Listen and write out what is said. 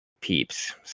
peeps